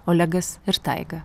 olegas ir taiga